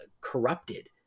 corrupted